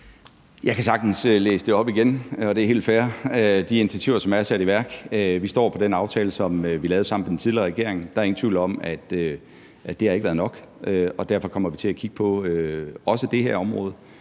Jeg kan sagtens læse de initiativer, som er sat i værk, op igen, og det er helt fair. Vi står på den aftale, som vi lavede sammen med den tidligere regering. Der er ingen tvivl om, at det ikke har været nok, og derfor kommer vi til at kigge på også det her område